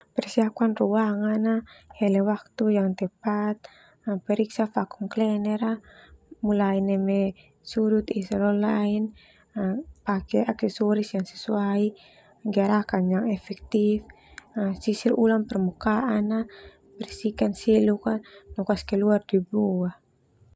Persiapkan ruangan ah, hele waktu yang tepat, periksa vakum cleaner ah, mulai neme sudut Esa lo lain ah, pake aksesoris yang sesuai, gerakan yang efektif, sisir ulang permukaan ah, bersihkan seluk ka no kasih keluar debu ah.